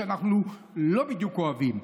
שאנחנו לא בדיוק אוהבים.